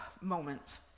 moments